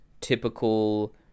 typical